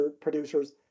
producers